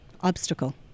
obstacle